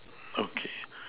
okay